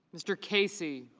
mr. casey.